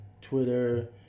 Twitter